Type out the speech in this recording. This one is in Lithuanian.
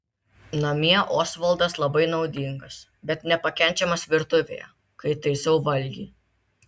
namie osvaldas labai naudingas bet nepakenčiamas virtuvėje kai taisau valgį